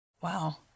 Wow